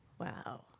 Wow